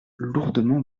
lourdement